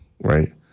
right